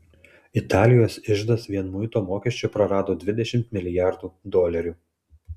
italijos iždas vien muito mokesčio prarado dvidešimt milijardų dolerių